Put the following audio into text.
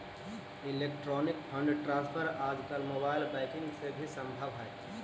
electronic fund transfer आजकल mobile banking से भी संभव हइ